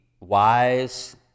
wise